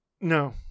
No